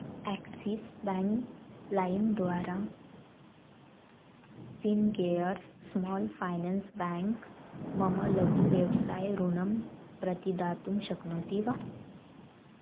axis bank लैं द्वारा Fincare small finance bank मम लघुव्यवसाय ऋणं प्रतिदातुं शक्नोति वा